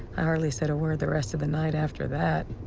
i hardly said a word the rest of the night after that.